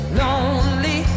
lonely